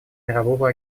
мирового